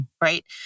right